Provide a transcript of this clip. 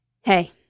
Hey